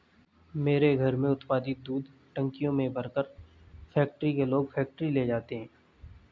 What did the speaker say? मेरे घर में उत्पादित दूध टंकियों में भरकर फैक्ट्री के लोग फैक्ट्री ले जाते हैं